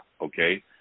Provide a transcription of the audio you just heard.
Okay